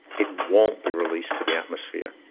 it won't be released to the atmosphere.